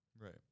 right